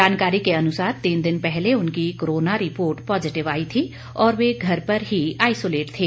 जानकारी के अनुसार तीन दिन पहले उनकी कोरोना रिपोर्ट पोजिटिव आई थी और वे घर पर ही आइसोलेट थे